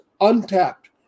untapped